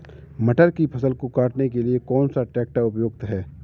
मटर की फसल को काटने के लिए कौन सा ट्रैक्टर उपयुक्त है?